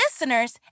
listeners